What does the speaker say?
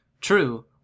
True